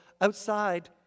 outside